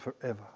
forever